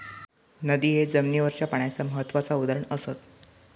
नदिये जमिनीवरच्या पाण्याचा महत्त्वाचा उदाहरण असत